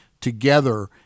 together